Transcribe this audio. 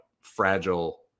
fragile